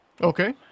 Okay